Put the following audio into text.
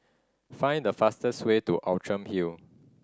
find the fastest way to Outram Hill